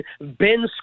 Ben